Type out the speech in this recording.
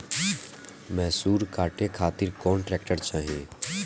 मैसूर काटे खातिर कौन ट्रैक्टर चाहीं?